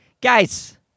guys